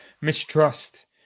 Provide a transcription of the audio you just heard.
mistrust